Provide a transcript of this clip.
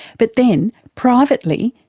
but then, privately,